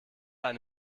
eine